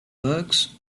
works